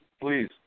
please